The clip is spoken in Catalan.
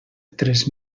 tres